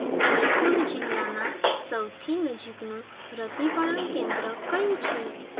જયપુર જિલ્લામાં સૌથી નજીકનું રસીકરણ કેન્દ્ર કયું છે